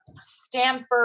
stanford